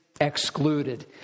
excluded